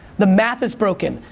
the math is broken.